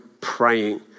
praying